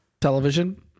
Television